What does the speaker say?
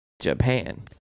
Japan